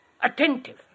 attentive